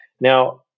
Now